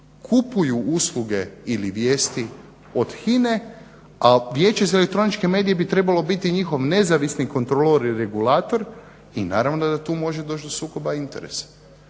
kupuju usluge ili vijesti od HINA-e a Vijeće za elektroničke medije bi trebalo biti njihov nezavisni kontrolor i regulator i naravno da tu može doći do sukoba interesa.